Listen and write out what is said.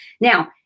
Now